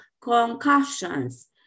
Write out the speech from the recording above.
concussions